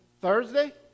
Thursday